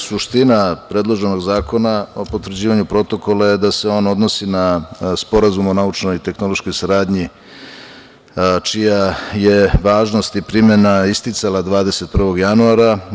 Suština predloženog Zakona o potvrđivanju Protokola je da se on odnosi na Sporazum o naučno-tehnološkoj saradnji čija je važnost i primena isticala 21. januara.